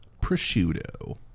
Prosciutto